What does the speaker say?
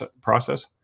process